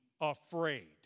afraid